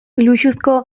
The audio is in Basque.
luxuzko